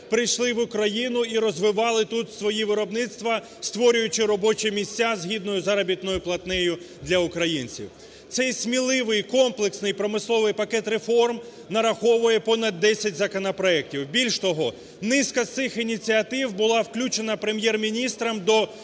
прийшли в Україну і розвивали тут свої виробництва, створюючи робочі місця, з гідною заробітною платнею для українців. Цей сміливий комплексний промисловий пакет реформ нараховує понад 10 законопроектів. Більш того, низка з цих ініціатив була включена Прем'єр-міністром до